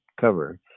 cover